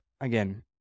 again